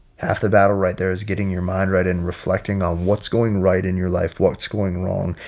half the battle right there is getting your mind right and reflecting on what's going right in your life, what's going wrong.